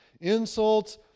insults